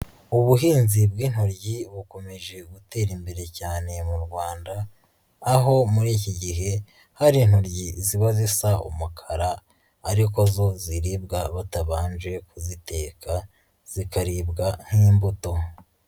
Ubuhinzi bw'intoryi bukomeje gutera imbere cyane mu Rwanda, aho muri iki gihe hari intoryi ziba zisa umukara ariko zo ziribwa batabanje kuziteka, zikaribwa nk'imbuto.